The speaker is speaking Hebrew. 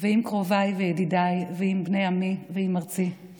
ועם קרוביי וידידיי / ועם בני עמי ועם ארצי /